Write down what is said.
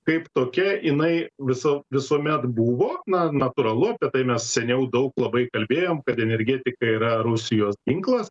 kaip tokia jinai viso visuomet buvo na natūralu apie tai mes seniau daug labai kalbėjom kad energetika yra rusijos ginklas